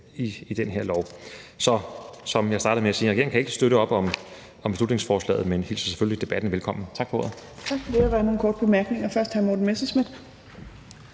i den her lov. Som jeg startede med at sige, kan regeringen ikke støtte op om beslutningsforslaget, men hilser selvfølgelig debatten velkommen. Tak for ordet. Kl. 12:51 Fjerde næstformand (Trine Torp): Tak for det.